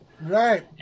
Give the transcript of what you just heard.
Right